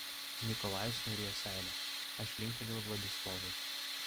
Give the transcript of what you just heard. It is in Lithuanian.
nikolajus nurijo seilę aš linktelėjau vladislovui